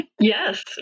Yes